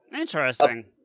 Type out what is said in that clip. Interesting